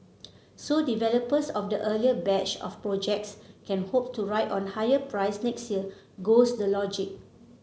so developers of the earlier batch of projects can hope to ride on higher price next year goes the logic